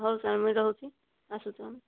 ହଁ ସାର୍ ମୁଁ ରହୁଛି ଆସୁଛୁ ଆମେ